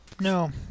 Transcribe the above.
No